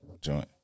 joint